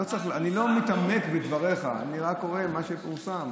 אני לא מתעמק בדבריך, אני רק קורא מה שפורסם.